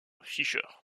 fisher